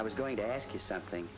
i was going to ask you something